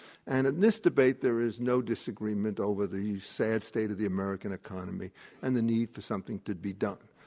and in this debate, there is no disagreement over the sad state of the american economy and the need for something to be done.